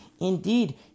indeed